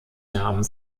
namen